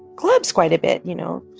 clubs quite a bit, you know?